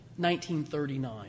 1939